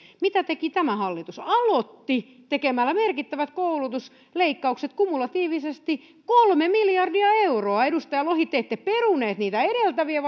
mitä teki tämä hallitus aloitti tekemällä merkittävät koulutusleikkaukset kumulatiivisesti kolme miljardia euroa edustaja lohi te ette peruneet niitä edeltäviä